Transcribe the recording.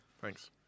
Thanks